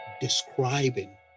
describing